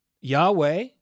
Yahweh